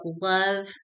love